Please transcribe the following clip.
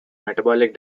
metabolic